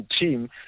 team